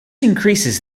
increases